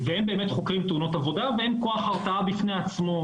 הם חוקרים תאונות עבודה והם כוח הרתעה בפני עצמו,